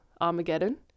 Armageddon